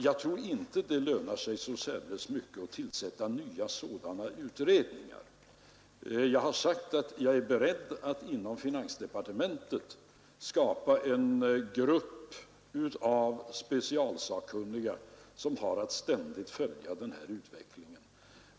Jag tror inte det lönar sig så särdeles mycket att tillsätta nya sådana utredningar. Jag har sagt att jag är beredd att inom finansdepartementet skapa en grupp av specialsakkunniga som har att ständigt följa den här utvecklingen.